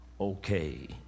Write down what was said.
okay